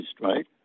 right